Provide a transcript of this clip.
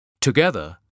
Together